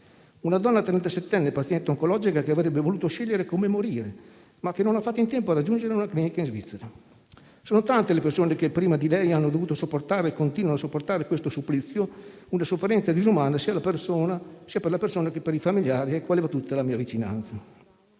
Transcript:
una donna trentasettenne, paziente oncologica, che avrebbe voluto scegliere come morire, ma che non ha fatto in tempo a raggiungere una clinica in Svizzera. Sono tante le persone che prima di lei hanno dovuto sopportare e continuano a sopportare questo supplizio, una sofferenza disumana sia per la persona che per i familiari, ai quali va tutta la mia vicinanza.